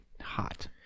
hot